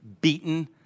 beaten